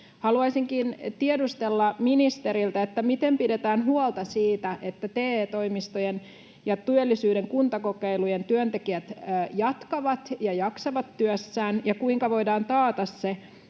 Haluaisinkin tiedustella ministeriltä: miten pidetään huolta siitä, että TE-toimistojen ja työllisyyden kuntakokeilujen työntekijät jatkavat ja jaksavat työssään, ja kuinka voidaan taata se,